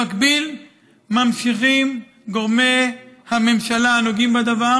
במקביל ממשיכים גורמי הממשלה הנוגעים בדבר